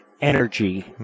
energy